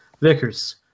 Vickers